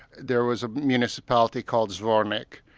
there was a municipality called zvornik,